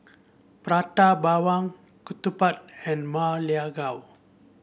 Prata Bawang ketupat and Ma Lai Gao